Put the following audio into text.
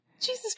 Jesus